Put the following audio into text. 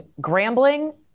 Grambling